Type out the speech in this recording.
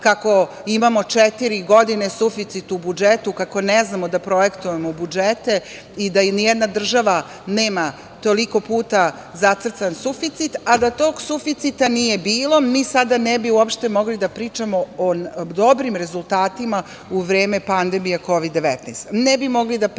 kako imamo četiri godine suficit u budžetu, kako ne znamo da projektujemo budžete i da nijedna država nema toliko puta zacrtan suficit, a da tog suficita nije bilo, mi sada ne bi uopšte mogli da pričamo o dobrim rezultatima u vreme pandemije Kovid-19,